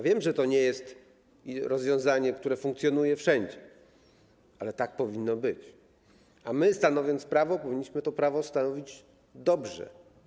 Wiem, że to nie jest rozwiązanie, które funkcjonuje wszędzie, ale tak powinno być, a my, stanowiąc prawo, powinniśmy to prawo stanowić dobrze.